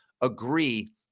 agree